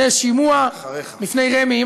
שזה שימוע לפני רמ"י,